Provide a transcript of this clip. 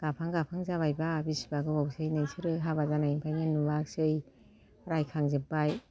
गाबहां गाबहां जाबाय ब्रा बिसिबा गोबावसै नोंसोरो हाबा जानायनिफ्रायनो नुवाखिसै रायखांजोबबाय